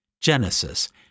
Genesis